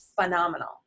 phenomenal